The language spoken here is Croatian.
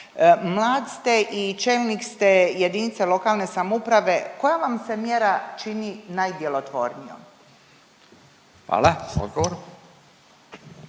Mlad ste i čelnik ste jedinice lokalne samouprave, koja vam se mjera čini najdjelotvornijom? **Radin,